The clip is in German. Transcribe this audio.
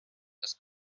das